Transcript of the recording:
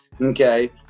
okay